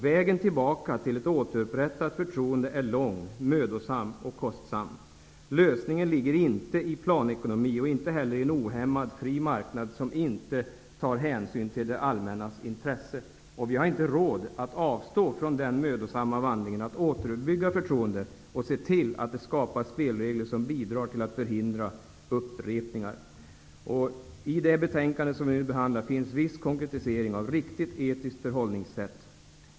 Vägen tillbaka till ett återupprättat förtroende är lång, mödosam och kostsam. Lösningen ligger inte i planekonomi och inte heller i en ohämmad fri marknad som inte tar hänsyn till det allmännas intresse. Vi har inte råd att avstå från den mödosamma vandringen att återuppbygga förtroendet och se till att det skapas spelregler som bidrar till att förhindra upprepningar. I det betänkande som vi nu behandlar finns en viss konkretisering av ett riktigt, etiskt förhållningssätt.